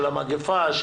של המגפה,